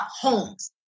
homes